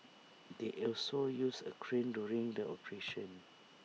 they also used A crane during the operation